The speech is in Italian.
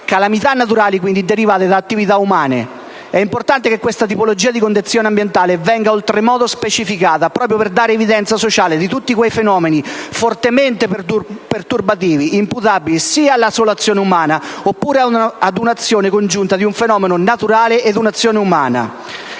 calamità naturali derivate da attività umane. È importante che questa tipologia di condizione ambientale venga oltremodo specificata, proprio per dare evidenza sociale di tutti quei fenomeni fortemente perturbativi, imputabili alla sola azione umana oppure ad un'azione congiunta di un fenomeno naturale ed un'azione umana.